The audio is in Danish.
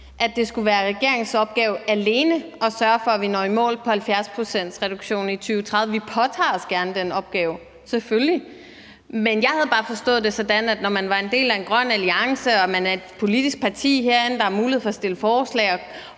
at det skulle være regeringens opgave alene at sørge for, at vi når i mål på 70-procentsreduktionen i 2030. Vi påtager os gerne den opgave, selvfølgelig, men jeg havde bare forstået det sådan, at når man er en del af en grøn alliance, man er et politisk parti herinde og der er mulighed for at stille spørgsmål